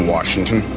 Washington